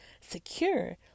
secure